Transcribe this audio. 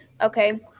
Okay